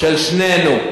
של שנינו.